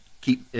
keep